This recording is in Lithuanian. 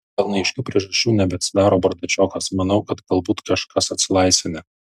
dėl neaiškių priežasčių nebeatsidaro bardačiokas manau kad galbūt kažkas atsilaisvinę